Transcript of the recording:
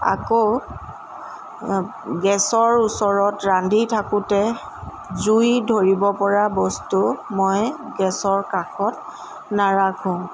আকৌ গেছৰ ওচৰত ৰান্ধি থাঁকোতে জুই ধৰিব পৰা বস্তু মই গেছৰ কাষত নাৰাখোঁ